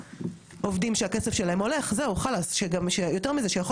שיותר מזה יכול להיות שהם זכאים לו והם לא יקבלו אותו מכיוון